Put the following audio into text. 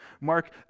Mark